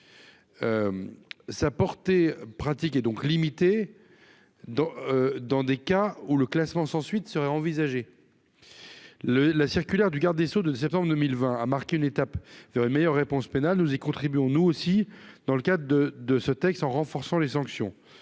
telle solution est donc limitée aux cas pour lesquels le classement sans suite pourrait être envisagé. La circulaire du garde des sceaux de septembre 2020 a marqué une étape vers une meilleure réponse pénale ; nous y contribuons aussi, dans le cadre de ce texte, en renforçant les sanctions.